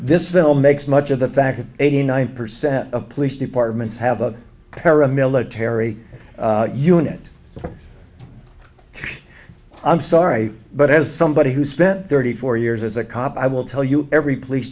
this film makes much of the fact that eighty nine percent of police departments have a paramilitary unit i'm sorry but as somebody who spent thirty four years as a cop i will tell you every police